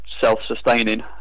self-sustaining